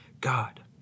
God